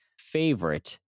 favorite